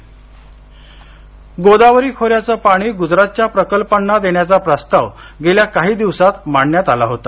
भ्जबळ गोदावरी खोऱ्याचं पाणी गुजरातच्या प्रकल्पांना देण्याचा प्रस्ताव गेल्या काही दिवसांत मांडण्यात आला होता